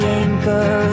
anchor